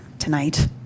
tonight